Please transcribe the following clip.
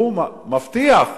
הוא מבטיח,